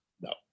No